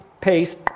paste